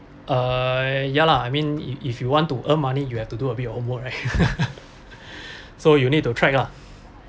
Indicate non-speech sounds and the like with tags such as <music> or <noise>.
uh ya lah I mean if if you want to earn money you have to do a bit of homework <laughs> so you need to track lah